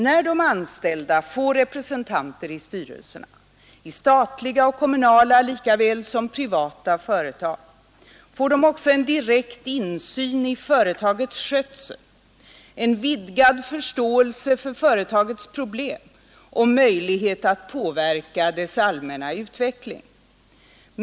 När de anställda får representanter i styrelserna i statliga och kommunala likaväl som privata företag — får de också en direkt insyn i företagets skötsel, en vidgad förståelse för företagets problem och möjlighet att påverka dess allmänna utveckling.